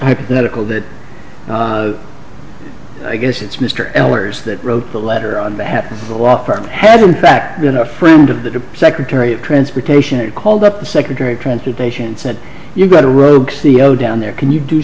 hypothetical that i guess it's mr ehlers that wrote the letter on behalf of the law firm has been back been a friend of the secretary of transportation and called up the secretary of transportation and said you've got a rogue c e o down there can you do